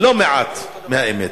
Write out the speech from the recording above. לא מעט מהאמת.